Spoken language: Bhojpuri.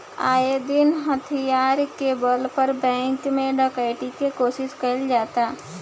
आये दिन हथियार के बल पर बैंक में डकैती के कोशिश कईल जाता